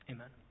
Amen